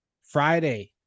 Friday